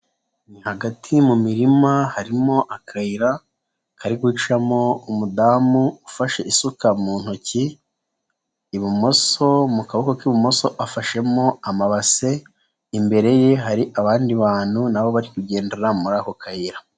Hagati mu mirima harimo akayira kari gucamo umudamu ufashe isuka mu ntoki, ibumoso mu kaboko k'ibumoso afashemo amabase, imbere ye hari abandi bantu na bo bari kugendera muri ako kayira.